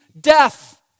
death